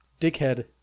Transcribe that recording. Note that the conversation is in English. dickhead